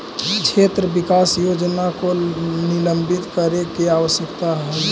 क्षेत्र विकास योजना को निलंबित करे के आवश्यकता हलइ